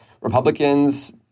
Republicans